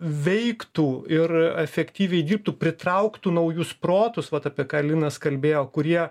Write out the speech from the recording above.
veiktų ir efektyviai dirbtų pritrauktų naujus protus vat apie ką linas kalbėjo kurie